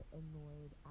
annoyed